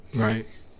Right